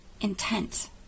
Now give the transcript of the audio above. intent